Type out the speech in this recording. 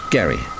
Gary